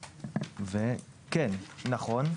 נכון,